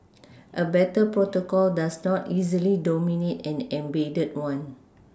a better protocol does not easily dominate an embedded one